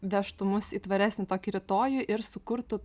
vežtų mus į tvaresnį tokį rytojų ir sukurtų